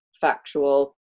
factual